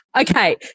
Okay